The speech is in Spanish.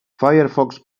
firefox